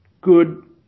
Good